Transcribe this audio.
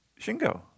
Shingo